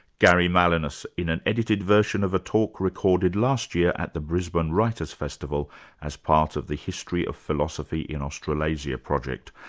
gary malinas in an edited version of a talk recorded last year at the brisbane writers' festival as part of the history of philosophy in australasia project,